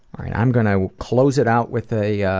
ah and i'm going to close it out with a